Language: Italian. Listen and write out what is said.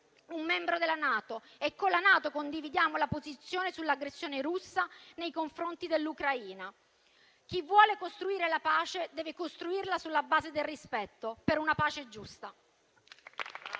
un membro della NATO e con la NATO condividiamo la posizione sull'aggressione russa nei confronti dell'Ucraina. Chi vuole costruire la pace deve costruirla sulla base del rispetto per una pace giusta.